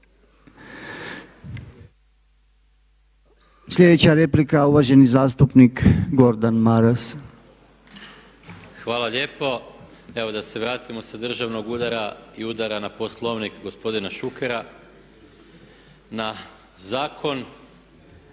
Sljedeća replika, uvaženi zastupnik Gordan Maras. **Maras, Gordan (SDP)** Hvala lijepo. Evo da se vratimo sa državnog udara i udara na Poslovnik gospodina Šukera na zakon.